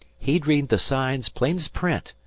he'd read the signs plain's print.